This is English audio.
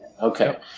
Okay